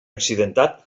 accidentat